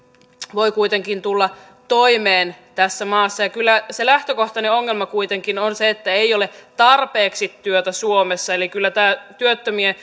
voi kuitenkin tulla toimeen tässä maassa ja kyllä se lähtökohtainen ongelma kuitenkin on se että ei ole tarpeeksi työtä suomessa eli kyllä tämä työttömien